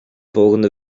volgende